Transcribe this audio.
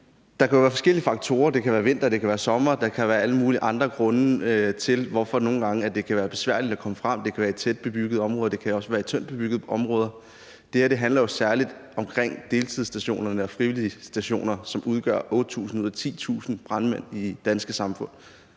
der kan jo være forskellige faktorer, der spiller ind. Det kan være vinter, det kan være sommer, og der kan være alle mulige andre grunde til, at det nogle gange kan være besværligt at komme frem. Det kan være i tæt bebyggede områder. Det kan også være i tyndt bebyggede områder. Det her handler jo særlig om deltidsstationerne og de frivillige stationer, hvor 8.000 ud af 10.000 brandmænd i danske samfund